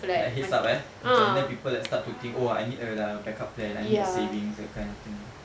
like a heads up eh macam now people start to think oh I need a like a back up plan I need savings that kind of thing